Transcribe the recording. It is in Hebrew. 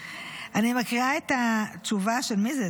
אני מקריאה את התשובה, מי זה?